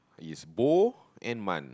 is bo and mun